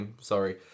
Sorry